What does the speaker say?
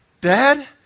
Dad